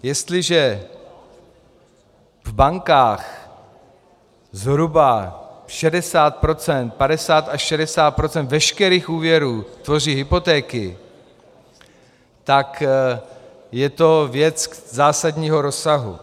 Jestliže v bankách zhruba 60 procent, 50 až 60 procent veškerých úvěrů tvoří hypotéky, tak je to věc zásadního rozsahu.